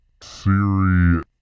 siri